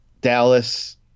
Dallas